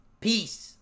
Peace